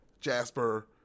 Jasper